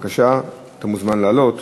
בבקשה, אתה מוזמן לעלות.